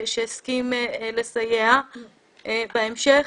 שהסכים לסייע בהמשך,